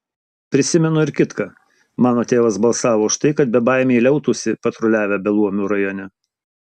prisimenu ir kitką mano tėvas balsavo už tai kad bebaimiai liautųsi patruliavę beluomių rajone